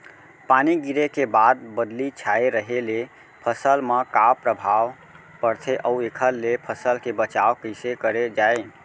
पानी गिरे के बाद बदली छाये रहे ले फसल मा का प्रभाव पड़थे अऊ एखर ले फसल के बचाव कइसे करे जाये?